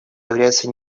является